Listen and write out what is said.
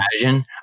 imagine